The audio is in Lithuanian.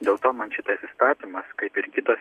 dėl to man šitas įstatymas kaip ir kito